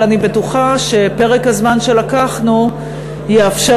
אבל אני בטוחה שפרק הזמן שלקחנו יאפשר